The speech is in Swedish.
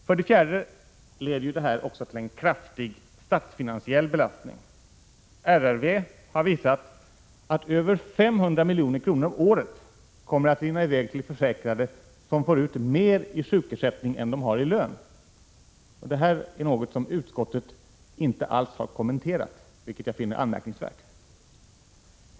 För det fjärde leder detta också till en kraftig statsfinansiell belastning. RRV har visat att över 500 milj.kr. om året kommer att rinna i väg till försäkrade som får ut mer i sjukersättning än de har i lön. Detta är något som utskottet inte alls har kommenterat, vilket jag finner anmärkningsvärt.